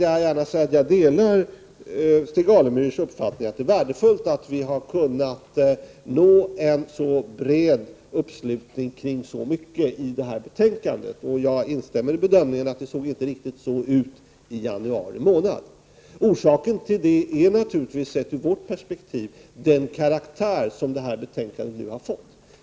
Jag delar Stig Alemyrs uppfattning att det är bra att vi har kunnat nå en så bred uppslutning kring så mycket i detta betänkande. Jag instämmer i bedömningen att det inte såg riktigt så ut i januari. Orsaken är naturligtvis sett ur vårt perspektiv att betänkandet har fått den karaktär det har.